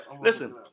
Listen